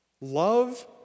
Love